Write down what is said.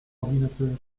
ordinateurs